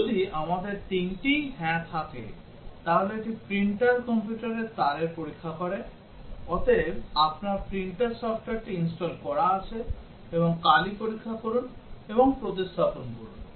যদি আমাদের তিনটিই হ্যাঁ থাকে তাহলে এটি প্রিন্টার কম্পিউটারের তারের পরীক্ষা করে অতএব আপনার প্রিন্টার সফ্টওয়্যারটি ইনস্টল করা আছে এবং কালি পরীক্ষা করুন এবং প্রতিস্থাপন করুন